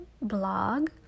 blog